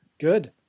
Good